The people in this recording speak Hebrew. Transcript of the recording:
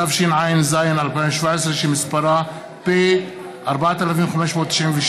התשע"ז 2017, שמספרה פ/4596/20.